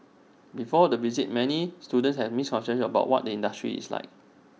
before the visit many students have misconceptions about what the industry is like